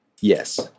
Yes